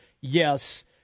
Yes